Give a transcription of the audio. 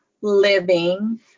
Living